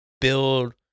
build